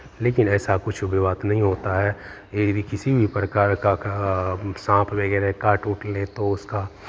लेकिन ऐसा कुछ भी बात नहीं होता है ये यदि किसी भी प्रकार का सांप वगैरह काट ओट ले तो उसका